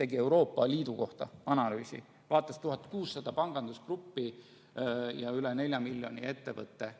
tegi Euroopa Liidu kohta analüüsi, vaadates 1600 pangandusgruppi ja üle nelja miljoni ettevõtte,